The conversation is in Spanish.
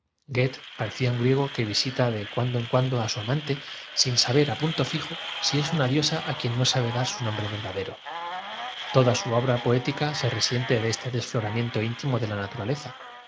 un griego que visita de cuando en cuando á su amante sin sa ber á panto fijo sí es una diosa á quien no sabe dar bu nombre verdadero toda su obra poética se resien te de este desfloramiento íntimo de la naturaleza